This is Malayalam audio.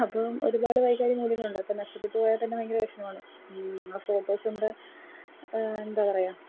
അപ്പം ഒരുപാട് വൈകാരിക മൂല്യങ്ങളുണ്ട് അപ്പം നഷ്ടപ്പെട്ട് പോയാൽ തന്നെ ഭയങ്കര വിഷമമാണ് പിന്നെ ആ ഫോട്ടോസ് നമ്മുടെ എന്താ പറയുക